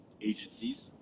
agencies